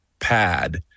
pad